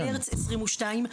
במרץ 22',